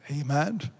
Amen